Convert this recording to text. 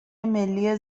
ملی